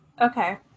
Okay